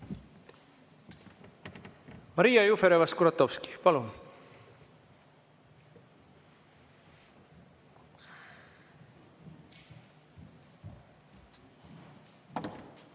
Maria Jufereva-Skuratovski, palun!